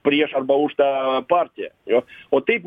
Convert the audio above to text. prieš arba už tą partiją jo o taip